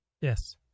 yes